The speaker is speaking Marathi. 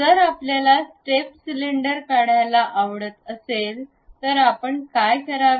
जर आपल्याला स्टेप सिलेंडर काढायला आवडत असेल तर आपण काय करावे